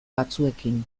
batzuekin